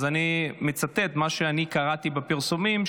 אז אני מצטט מה שאני קראתי בפרסומים,